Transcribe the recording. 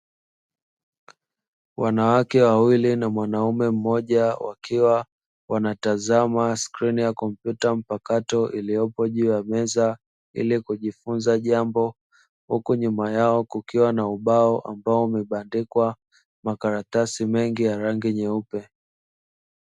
Wanawake wawili na mwanaume mmoja, wakiwa wanatazama skrini ya kompyuta mpakato iliyopo juu ya meza, ili kujifunza jambo, huku nyuma yao kukiwa na ubao ambao umebandikwa makaratasi mengi ya rangi nyeupe.